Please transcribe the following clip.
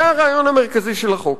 זה הרעיון המרכזי של החוק.